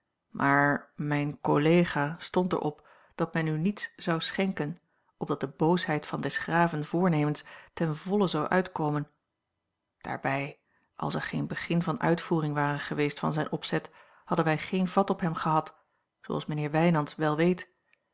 maar mijn collega stond er op dat men u niets zou schenken opdat de boosheid van des graven voornemens ten volle zou a l g bosboom-toussaint langs een omweg uitkomen daarbij als er geen begin van uitvoering ware geweest van zijn opzet hadden wij geen vat op hem gehad zooals mijnheer wijnands wel weet